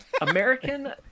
American